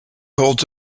holds